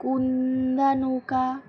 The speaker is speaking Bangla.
কোন্দা নৌকা